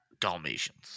dalmatians